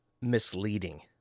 misleading